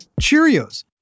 Cheerios